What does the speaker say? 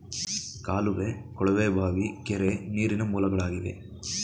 ಕಾಲುವೆ, ಕೊಳವೆ ಬಾವಿ, ಕೆರೆ, ನೀರಿನ ಮೂಲಗಳಾಗಿವೆ